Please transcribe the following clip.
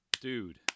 Dude